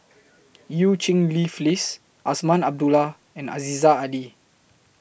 EU Cheng Li Phyllis Azman Abdullah and Aziza Ali